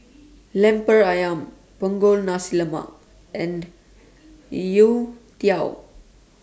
Lemper Ayam Punggol Nasi Lemak and Youtiao